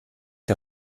der